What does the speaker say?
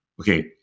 okay